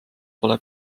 pole